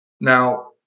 Now